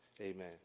Amen